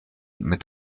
mit